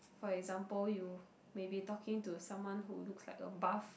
for example you maybe talking to someone who looks like a buff